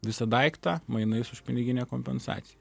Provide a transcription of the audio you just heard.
visą daiktą mainais už piniginę kompensacij